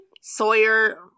Sawyer